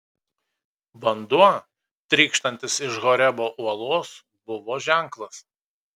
vanduo trykštantis iš horebo uolos buvo ženklas